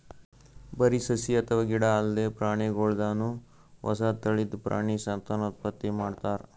ಬರಿ ಸಸಿ ಅಥವಾ ಗಿಡ ಅಲ್ದೆ ಪ್ರಾಣಿಗೋಲ್ದನು ಹೊಸ ತಳಿದ್ ಪ್ರಾಣಿ ಸಂತಾನೋತ್ಪತ್ತಿ ಮಾಡ್ತಾರ್